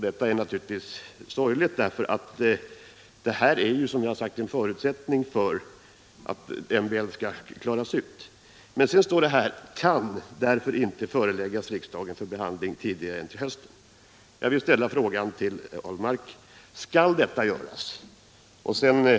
Det är sorgligt därför att, som jag redan påpekat, ett sådant förslag är en förutsättning för att MBL skall klaras ut. Det står i svaret: ”——-— kan därför inte föreläggas riksdagen för behandling tidigare än till hösten.” Jag vill ställa frågan till Per Ahlmark: Skall detta göras?